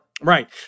Right